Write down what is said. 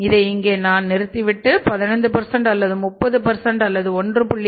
இதை இங்கே நான் நிறுத்திவிட்டு 15 அல்லது 30 அல்லது 1